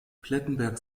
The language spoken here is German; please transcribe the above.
plettenberg